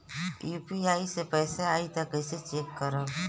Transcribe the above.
UPI से पैसा आई त कइसे चेक करब?